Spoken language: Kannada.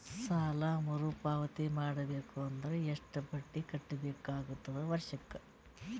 ಸಾಲಾ ಮರು ಪಾವತಿ ಮಾಡಬೇಕು ಅಂದ್ರ ಎಷ್ಟ ಬಡ್ಡಿ ಕಟ್ಟಬೇಕಾಗತದ ವರ್ಷಕ್ಕ?